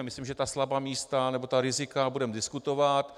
Myslím, že ta slabá místa nebo ta rizika budeme diskutovat.